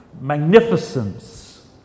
magnificence